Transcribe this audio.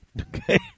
Okay